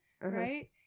right